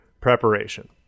preparation